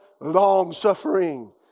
long-suffering